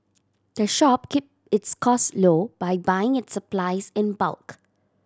the shop keep its cost low by buying its supplies in bulk